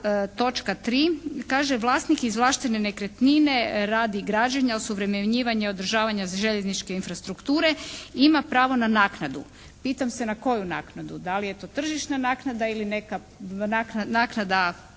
točka 3. kaže vlasnik izvlaštene nekretnine radi građenja, osuvremenjivanja i održavanja željezničke infrastrukture ima pravo na naknadu. Pitam se na koju naknadu. Da li je to tržišna naknada ili neka naknada